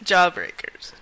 jawbreakers